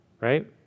right